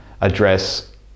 address